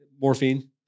morphine